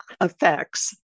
effects